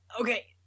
Okay